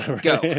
Go